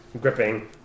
gripping